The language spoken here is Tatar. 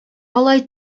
алай